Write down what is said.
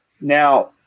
Now